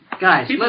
Guys